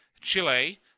Chile